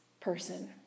person